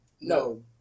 no